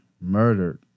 Murdered